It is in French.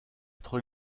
être